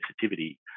sensitivity